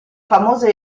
famose